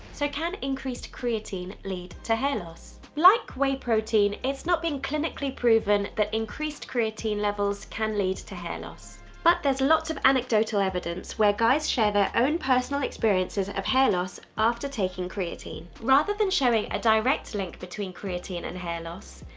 so can increased creatine lead to hair loss? like whey protein, it's not been clinically proven that increased creatine levels can lead to hair loss but there's lots of anecdotal evidence where guys share their own personal experiences of hair loss after taking creatine. rather than showing a direct link between creatine and hair loss,